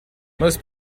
most